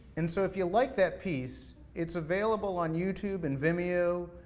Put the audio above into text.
and so if you like that piece, it's available on youtube and vimeo,